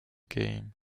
game